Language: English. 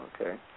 Okay